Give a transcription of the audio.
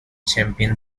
champion